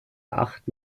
acht